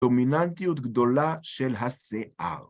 דומיננטיות גדולה של השיער